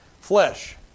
flesh